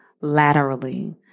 laterally